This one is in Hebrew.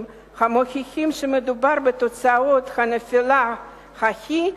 המוכיחים שמדובר בתוצאות הנפילה ההיא,